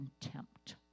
contempt